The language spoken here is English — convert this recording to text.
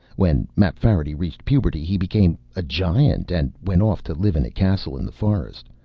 when mapfarity reached puberty he became a giant and went off to live in a castle in the forest.